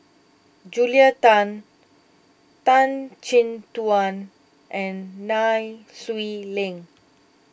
Julia Tan Tan Chin Tuan and Nai Swee Leng